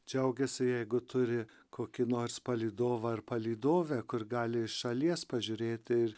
džiaugiasi jeigu turi kokį nors palydovą ar palydovę kur gali iš šalies pažiūrėti ir